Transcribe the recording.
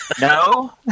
no